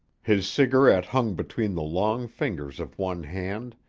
his cigarette hung between the long fingers of one hand,